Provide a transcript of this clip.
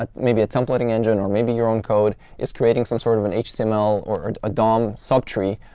ah maybe a templating engine or maybe your own code is creating some sort of an html or a dom sub-tree,